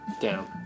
Down